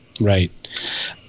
Right